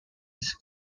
his